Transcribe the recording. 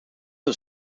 een